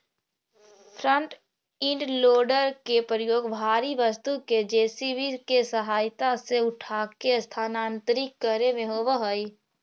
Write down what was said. front end loader के प्रयोग भारी वस्तु के जे.सी.बी के सहायता से उठाके स्थानांतरित करे में होवऽ हई